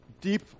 deep